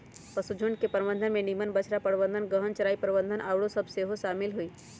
पशुझुण्ड के प्रबंधन में निम्मन बछड़ा प्रबंधन, गहन चराई प्रबन्धन आउरो सभ सेहो शामिल हइ